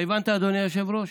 אתה הבנת, אדוני היושב-ראש?